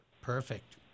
Perfect